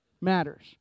matters